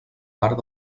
part